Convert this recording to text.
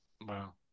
wow